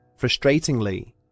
Frustratingly